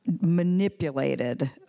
Manipulated